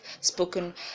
spoken